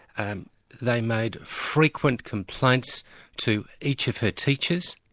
and they made frequent complaints to each of her teachers,